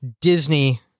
Disney